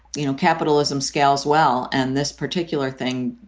you know, capitalism scales well. and this particular thing,